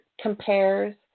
compares